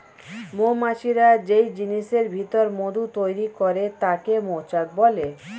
মৌমাছিরা যেই জিনিসের ভিতর মধু তৈরি করে তাকে মৌচাক বলে